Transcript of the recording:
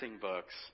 books